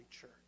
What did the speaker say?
church